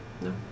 No